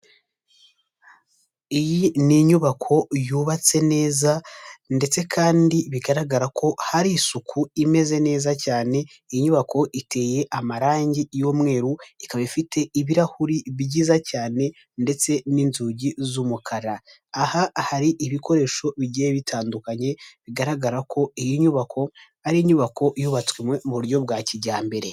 Iyi ni inyubako yubatse neza, ndetse kandi bigaragara ko hari isuku imeze neza cyane, iyi nyubako iteye amarangi y'umweru, ikaba ifite ibirahuri byiza cyane, ndetse n'inzugi z'umukara. Aha hari ibikoresho bigiye bitandukanye, bigaragara ko iyi nyubako, ari inyubako yubatswe mu buryo bwa kijyambere.